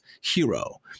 hero